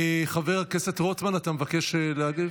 חבר הכנסת רוטמן, אתה מבקש להגיב?